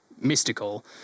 mystical